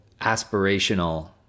aspirational